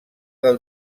del